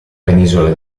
penisola